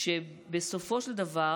שבסופו של דבר